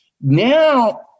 Now